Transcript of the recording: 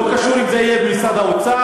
לא קשור אם זה יהיה במשרד האוצר,